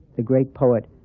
the great poet,